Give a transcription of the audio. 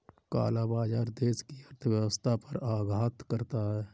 काला बाजार देश की अर्थव्यवस्था पर आघात करता है